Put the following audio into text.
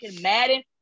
Madden